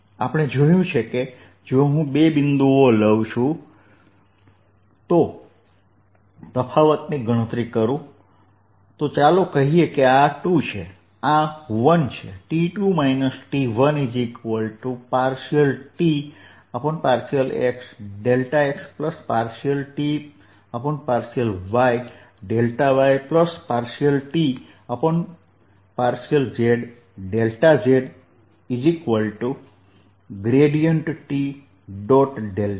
આપણે જોયું કે જો હું બે બિંદુઓ લઉં છું અને તફાવતની ગણતરી કરું તો ચાલો કહીએ કે આ 2 છે આ 1 છે T2 T1∂T∂xx∂T∂yy∂T∂zzT